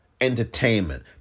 entertainment